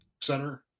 center